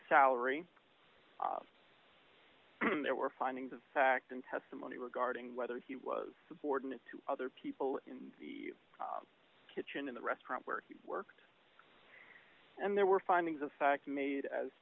salary there were findings of fact in testimony regarding whether he was subordinate to other people in the kitchen in the restaurant where he worked and there were findings of fact made as